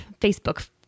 Facebook